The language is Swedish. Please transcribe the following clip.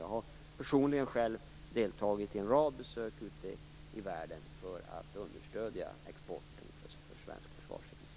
Jag har personligen deltagit i en rad besök ute i världen för att understödja exporten för svensk försvarsindustri.